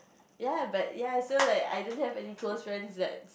ya but ya so like I don't have any close friends that